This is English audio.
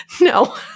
No